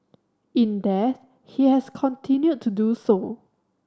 in death he has continued to do so